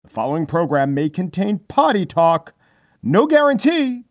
following program may contain potty talk no guarantee,